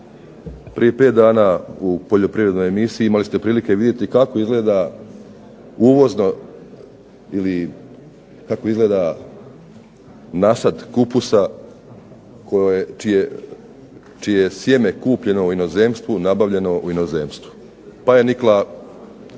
Prije pet dana u poljoprivrednoj emisiji imali ste prilike vidjeti kako izgleda uvozno ili kako izgleda nasad kupusa čije je sjeme kupljeno u inozemstvu, nabavljeno u inozemstvu, pa je nikla